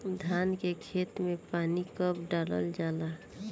धान के खेत मे पानी कब डालल जा ला?